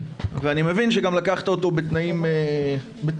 ואני מבין שגם לקחת אותו בתנאים מורכבים,